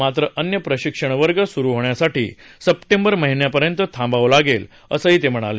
मात्र अन्य प्रशिक्षण वर्ग सुरू होण्यासाठी सप्टेंबर महिन्यापर्यंत थांबावं लागेल असं ते म्हणाले